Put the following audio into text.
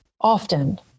often